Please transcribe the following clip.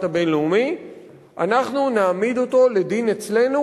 הבין-לאומי אנחנו נעמיד אותו לדין אצלנו,